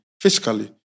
physically